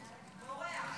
בורח.